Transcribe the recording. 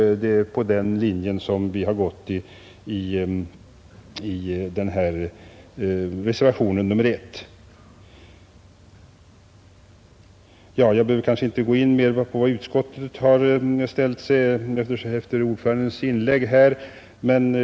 Det är på den linjen vi har gått i reservationen 1. Efter ordförandens inlägg här behöver jag kanske inte gå in mera på vad utskottet sagt.